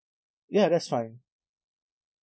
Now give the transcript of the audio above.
ya that's fine